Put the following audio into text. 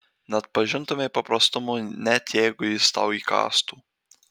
neatpažintumei paprastumo net jeigu jis tau įkąstų